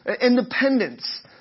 Independence